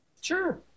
Sure